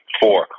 four